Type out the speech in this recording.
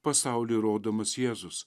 pasauliui rodomas jėzus